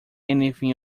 anything